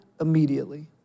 immediately